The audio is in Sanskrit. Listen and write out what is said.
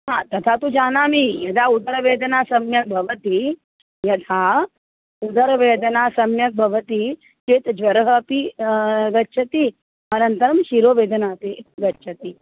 हा तथा तु जानामि यदा उदरवेदना सम्यक् भवति यथा उदरवेदना सम्यक् भवति यत् ज्वरः अपि गच्छति अन्नतरं शिरोवेदना अपि गच्छति